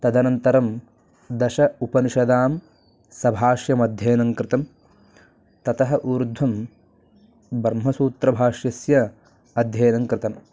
तदनन्तरं दश उपनिषदां सभाष्यम् अध्ययनं कृतं ततः ऊर्ध्वं ब्रह्मसूत्रभाष्यस्य अध्ययनं कृतम्